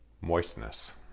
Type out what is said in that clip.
moistness